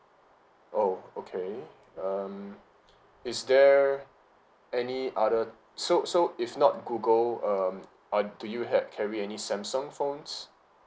oh okay um is there any other so so if not google um or do you had carry any samsung phones